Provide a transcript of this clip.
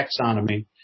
taxonomy